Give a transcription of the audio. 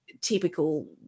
typical